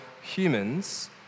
humans